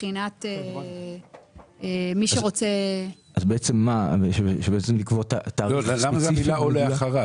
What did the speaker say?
למה יש את המילה "או אחריו"?